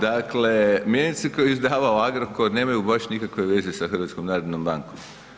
Dakle, mjenice koje je izdavao Agrokor nemaju baš nikakve veze sa Hrvatskom narodnom bankom.